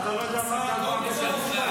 אתה לא יודע מה קבע בית המשפט.